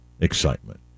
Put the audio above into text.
excitement